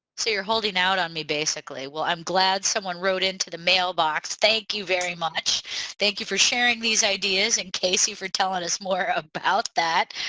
so you're holding out on me basically well i'm glad someone wrote in to the mailbox thank you very much thank you for sharing these ideas and casey for telling us more about that.